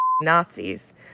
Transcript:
Nazis